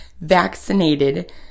vaccinated